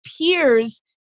peers